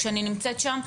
כשאני נמצאת שם,